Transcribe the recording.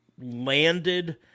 landed